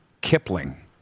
Kipling